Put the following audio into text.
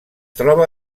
troba